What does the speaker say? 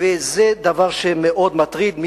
וזה דבר שמטריד מאוד.